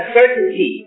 certainty